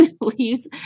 leaves